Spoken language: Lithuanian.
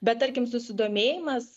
bet tarkim susidomėjimas